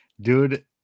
dude